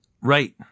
Right